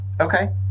Okay